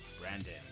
Brandon